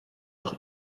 auch